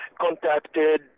contacted